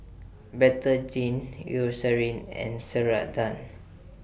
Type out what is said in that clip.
Betadine Eucerin and Ceradan